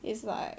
is like